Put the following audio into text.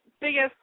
biggest